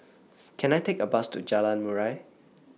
Can I Take A Bus to Jalan Murai